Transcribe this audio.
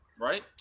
Right